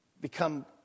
become